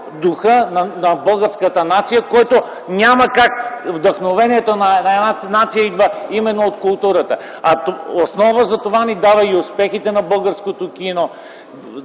духът на българската нация. Вдъхновението на една нация идва именно от културата. Основа затова ни дават и успехите на българското кино.